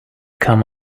come